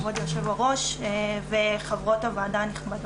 כבוד יו"ר וחברות הוועדה הנכבדות.